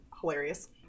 hilarious